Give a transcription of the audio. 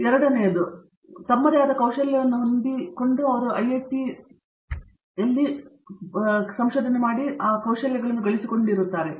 ಎರಡನೇ add on ತಮ್ಮದೇ ಆದ ಕೌಶಲ್ಯಗಳನ್ನು ಹೊಂದಿದ್ದು ಅವು ಐಐಟಿಯಲ್ಲಿಯೇ ಇರುವಾಗ ಅವರು ಗಳಿಸಿಕೊಳ್ಳುತ್ತಾರೆ